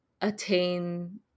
attain